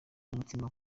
umutima